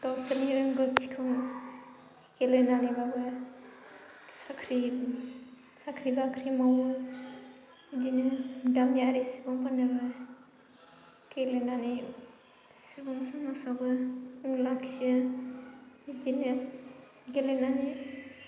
गावसोरनि रोंगौथिखौ गेलेनानैबाबो साख्रि साख्रि बाख्रि मावो बिदिनो गामियारि सुबुंफोरनोबो गेलेनानै सुबुं समाजावबो मुं लाखियो बिदिनो गेलेनानै